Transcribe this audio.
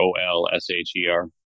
O-L-S-H-E-R